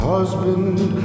husband